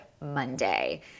Monday